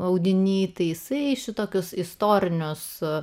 audiny taisai šitokius istorinio su